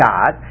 God